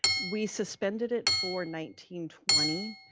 we suspended it for nineteen twenty.